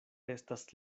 estas